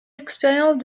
expérience